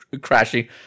crashing